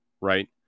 right